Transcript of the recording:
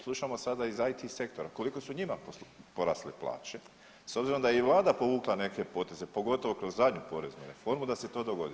Slušamo sada iz IT sektora koliko su njima porasle plaće s obzirom da je i vlada povukla neke poteze, pogotovo kroz zadnju poreznu reformu da se to dogodi.